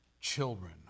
children